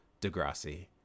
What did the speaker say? Degrassi